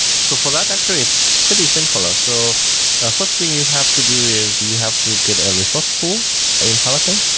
so for that, actually it's pretty simple. ah so ah first thing you have to do is you have to get a resource pool in peloton,